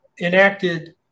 enacted